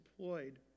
deployed